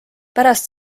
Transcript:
pärast